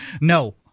no